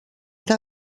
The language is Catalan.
era